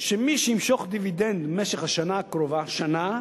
שמי שימשוך דיבידנד במשך השנה הקרובה, שנה,